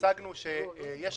שלא